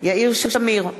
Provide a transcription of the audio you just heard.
יאיר שמיר,